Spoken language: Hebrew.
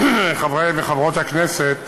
חברי וחברות הכנסת,